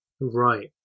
Right